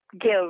give